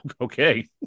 Okay